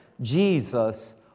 Jesus